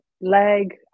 leg